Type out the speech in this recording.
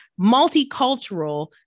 multicultural